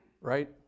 right